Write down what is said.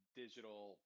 digital